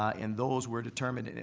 and those were determined, and